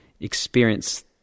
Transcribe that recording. experience